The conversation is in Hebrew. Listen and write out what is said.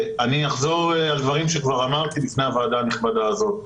אני אחזור על דברים שכבר אמרתי בפני הוועדה הנכבדה הזאת.